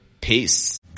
Peace